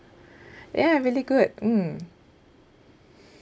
ya really good mm